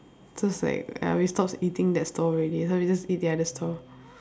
just like uh we stop eating that stall ready so we just eat the other stall